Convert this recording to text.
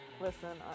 listen